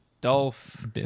Dolph